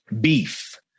Beef